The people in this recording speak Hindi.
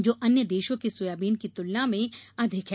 जो अन्य देशों के सोयाबीन की तुलना में अधिक है